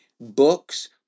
books